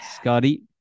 Scotty